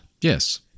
Yes